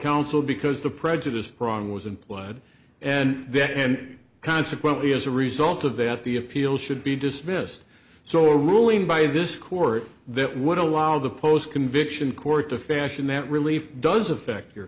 counsel because the prejudice prong was implied and then consequently as a result of that the appeal should be dismissed so a ruling by this court that would allow the post conviction court to fashion that relief does affect your